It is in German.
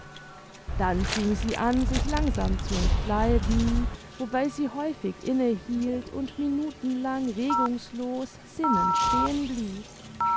dann fing sie an sich langsam zu entkleiden wobei sie häufig inne hielt und minuten lang regungslos sinnend stehen blieb